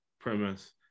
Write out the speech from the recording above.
premise